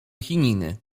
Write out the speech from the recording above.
chininy